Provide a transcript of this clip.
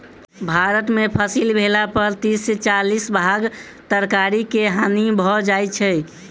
भारत में फसिल भेला पर तीस से चालीस भाग तरकारी के हानि भ जाइ छै